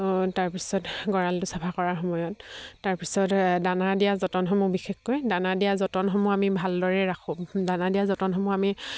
তাৰপিছত গঁৰালটো চাফা কৰাৰ সময়ত তাৰপিছত দানা দিয়া যতনসমূহ বিশেষকৈ দানা দিয়া যতনসমূহ আমি ভালদৰে ৰাখোঁ দানা দিয়া যতনসমূহ আমি